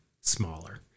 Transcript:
smaller